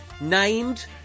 named